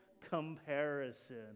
comparison